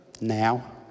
Now